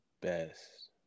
best